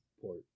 port